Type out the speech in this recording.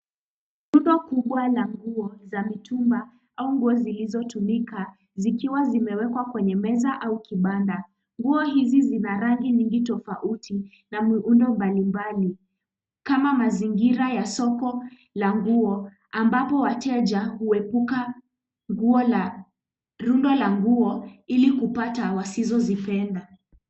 Rundo kubwa la nguo za mitumba, au nguo zilizotumika zikiwa zimewekwa kwenye meza au kibanda. Nguo hizi zina rangi nyingi tofauti na miundo mbalimbali kama mazingira ya soko la nguo ambapo wateja huepuka rundo la nguo ili kupata wasizozipenda.